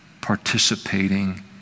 participating